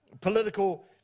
political